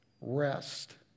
Rest